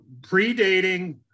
predating